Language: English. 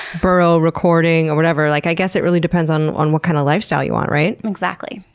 burrow-recording or whatever. like i guess it really depends on on what kind of lifestyle you want, right? exactly!